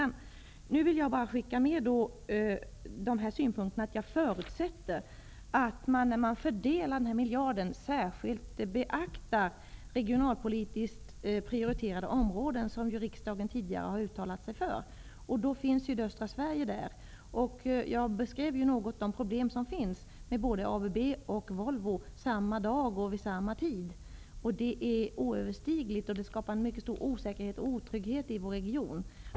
Nu vill jag bara skicka med synpunkten att jag förutsätter, som riksdagen tidigare också uttalat sig för, att man vid fördelningen av miljarden särskilt beaktar regionalpolitiskt prioriterade områden. Där ingår sydöstra Sverige. Jag beskrev något de problem som finns både med ABB och med Volvo. Problemen är oöverstigliga, och de skapar en mycket stor osäkerhet och otrygghet i vår region.